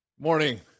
Morning